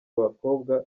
bakobwa